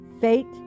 fate